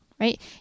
right